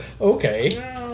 Okay